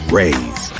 raise